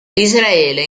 israele